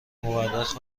مورخ